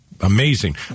amazing